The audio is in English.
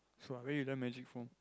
so what where you learn magic from